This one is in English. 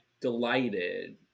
delighted